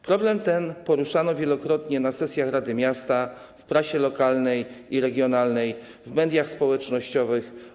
Problem ten poruszano wielokrotnie na sesjach rady miasta, w prasie lokalnej i regionalnej, w mediach społecznościowych.